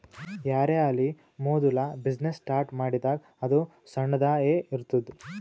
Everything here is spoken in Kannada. ಯಾರೇ ಆಲಿ ಮೋದುಲ ಬಿಸಿನ್ನೆಸ್ ಸ್ಟಾರ್ಟ್ ಮಾಡಿದಾಗ್ ಅದು ಸಣ್ಣುದ ಎ ಇರ್ತುದ್